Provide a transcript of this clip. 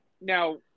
now